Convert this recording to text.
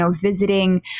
visiting